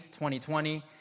2020